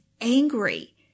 angry